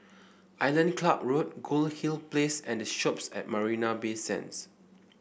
Island Club Road Goldhill Place and The Shoppes at Marina Bay Sands